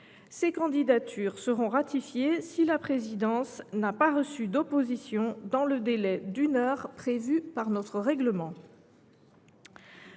Ces candidatures seront ratifiées si la présidence n’a pas reçu d’opposition dans le délai d’une heure prévu par notre règlement.